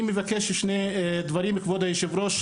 אני מבקש ממך כבוד היושב ראש,